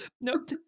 Nope